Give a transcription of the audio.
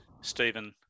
Stephen